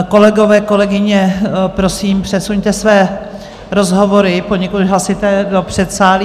Kolegové, kolegyně, prosím, přesuňte své rozhovory, poněkud hlasité, do předsálí.